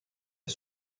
est